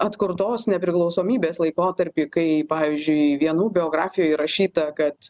atkurtos nepriklausomybės laikotarpį kai pavyzdžiui vienų biografijoj įrašyta kad